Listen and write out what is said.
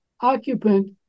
occupant